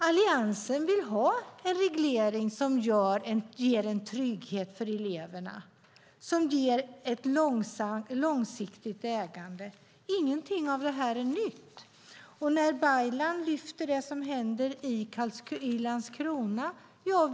Alliansen vill ha en reglering som ger en trygghet för eleverna och ett långsiktigt ägande. Inget av detta är nytt. Baylan lyfte fram det som händer i Landskrona.